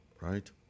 right